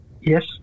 Yes